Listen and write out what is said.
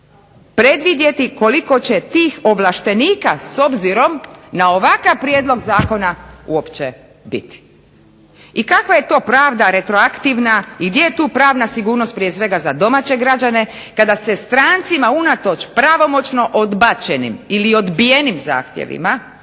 predvidjeti koliko će tih ovlaštenika s obzirom na ovakav prijedlog zakona uopće biti i kakva je pravda retroaktivna i gdje je tu pravna sigurnost prije svega za domaće građane kada se strancima unatoč pravomoćno odbačenim ili odbijenim zahtjevima